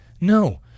No